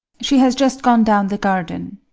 she has just gone down the garden.